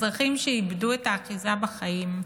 אזרחים איבדו את האחיזה בחיים,